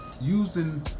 using